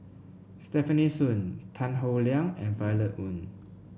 Stefanie Sun Tan Howe Liang and Violet Oon